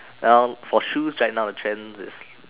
well for shoes right now the trend is